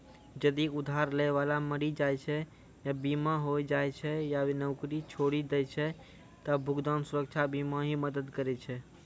जदि उधार लै बाला मरि जाय छै या बीमार होय जाय छै या नौकरी छोड़ि दै छै त भुगतान सुरक्षा बीमा ही मदद करै छै